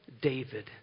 David